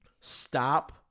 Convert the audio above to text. stop